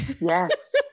yes